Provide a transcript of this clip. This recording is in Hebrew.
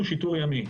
אנחנו השיטור הימי.